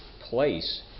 place